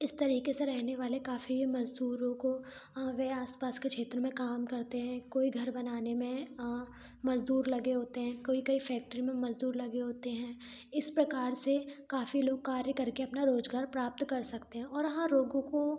इस तरीके से रहने वाले काफ़ी मजदूरों को अ वे आसपास के क्षेत्र में काम करते हैं कोई घर बनाने में अ मजदूर लगे होते हैं कोई कोई फैक्ट्री में मजदूर लगे होते हैं इस प्रकार से काफ़ी लोग कार्य करके अपना रोजगार प्राप्त कर सकते हैं और हाँ लोगों को